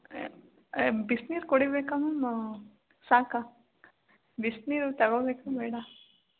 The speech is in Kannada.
ಬಿಸಿ ನೀರು ಕುಡಿಯಬೇಕಾ ಮ್ಯಾಮ್ ಸಾಕಾ ಬಿಸಿ ನೀರು ತಗೋಬೇಕಾ ಬೇಡ